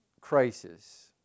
crisis